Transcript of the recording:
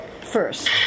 first